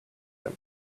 them